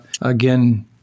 again